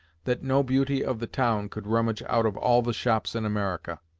that no beauty of the town could rummage out of all the shops in america.